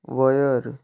वयर